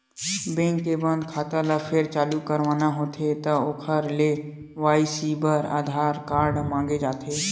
bank के बंद खाता ल फेर चालू करवाना होथे त ओखर के.वाई.सी बर आधार कारड मांगे जाथे